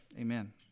Amen